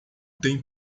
tem